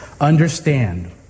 Understand